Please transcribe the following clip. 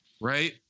Right